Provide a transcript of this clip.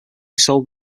sold